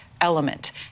element